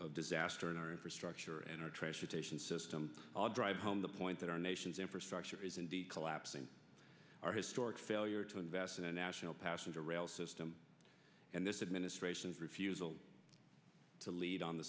of disaster in our infrastructure and our transportation system i'll drive home the point that our nation's infrastructure is indeed collapsing our historic failure to invest in a national passenger rail system and this administration's refusal to lead on the